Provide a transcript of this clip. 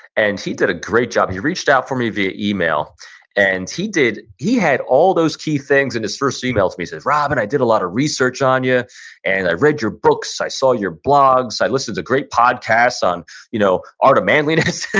and he did a great job. he reached out for me via email and he did, he had all those key things in his first email to me. he says, robin, i did a lot of research on you yeah and i read your books, i saw your blogs, i listen to great podcasts on you know art of manliness,